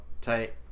tight